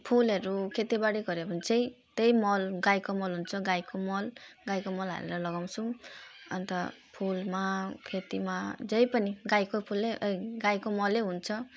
फुलहरू खेतीबारी गरे भने चाहिँ त्यही मल गाईको मल हुन्छ गाईको मल गाईको मल हालेर लगाउँछौँ अन्त फुलमा खेतीमा जहीँ पनि गाईको फुलै ए गाईको मलै हुन्छ